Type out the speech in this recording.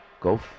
Go